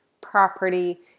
property